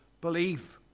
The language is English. belief